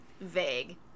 vague